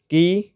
ਕੀ